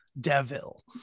devil